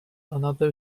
another